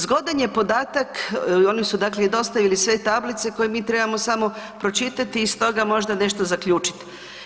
Zgodan je podatak, oni su dakle i dostavili sve tablice koje mi trebamo samo pročitati i stoga možda nešto zaključiti.